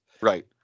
Right